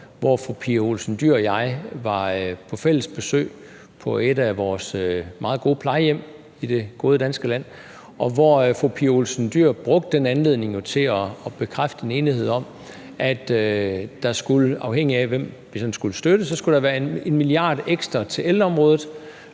hvor fru Pia Olsen Dyhr og jeg var på fælles besøg på et af vores meget gode plejehjem i det gode danske land, og hvor fru Pia Olsen Dyhr brugte den anledning til at bekræfte en enighed om, at med hensyn til hvem vi skulle støtte, så afhang det af, at der skulle